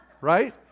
Right